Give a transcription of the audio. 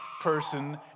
person